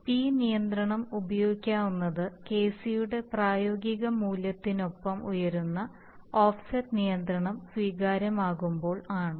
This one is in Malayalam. P നിയന്ത്രണം ഉപയോഗിക്കാവുന്നത് Kc യുടെ പ്രായോഗിക മൂല്യത്തിനൊപ്പം ഉയരുന്ന ഓഫ്സെറ്റ് നിയന്ത്രണം സ്വീകാര്യമാകുമ്പോൾ ആണ്